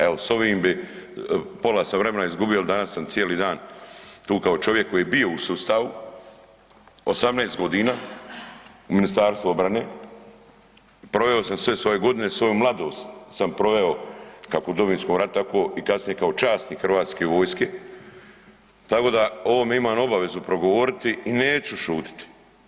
Evo s ovim bi, pola sam vremena izgubio jer danas sam cijeli dan tu kao čovjek koji je bio u sustavu 18 g. u MORH-u, proveo sam sve svoje godine, svoju mladost sam proveo kako u Domovinskom ratu tako i kasnije kao časnik hrvatske vojske tako da o ovome imam obvezu progovoriti i neću šutiti.